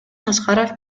аскаров